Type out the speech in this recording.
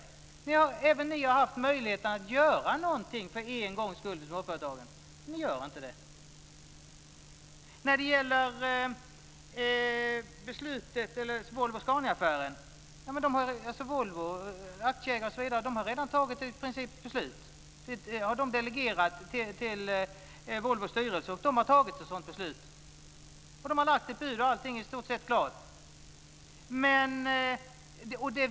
Även ni har för en gångs skull haft möjlighet att göra något för småföretagen, men ni gjorde det inte. I Volvo-Scania-affären har Volvos aktieägare redan i princip tagit ett beslut. Frågan har delegerats till Volvos styrelse, som har tagit ett beslut. Man har lagt in ett bud, och allting är i stort sett klart.